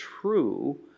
true